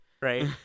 right